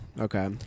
Okay